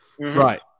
Right